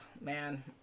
man